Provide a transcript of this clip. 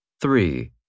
Three